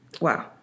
Wow